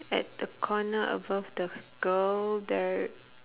at the corner above the girl there